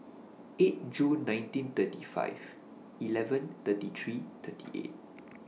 eight Jun nineteen thirty five eleven thirty three thirty eight